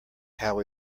how